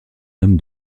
homme